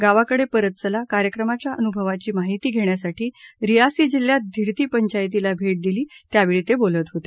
गावाकडे परत चला कार्यक्रमाच्या अनुभवाची माहिती घेण्यासाठी रियासी जिल्ह्यात धिरती पंचायतीला भेट दिली त्यावेळी ते बोलत होते